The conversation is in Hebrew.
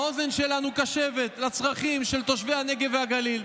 האוזן שלנו קשבת לצרכים של תושבי הנגב והגליל.